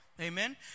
Amen